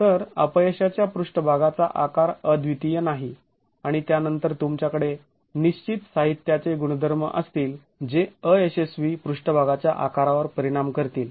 तर अपयशाच्या पृष्ठभागाचा आकार अद्वितीय नाही आणि त्यानंतर तुमच्याकडे निश्चित साहित्याचे गुणधर्म असतील जे अयशस्वी पृष्ठभागाच्या आकारावर परिणाम करतील